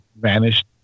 vanished